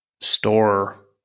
store